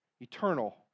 eternal